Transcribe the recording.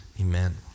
Amen